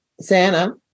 Santa